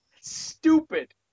stupid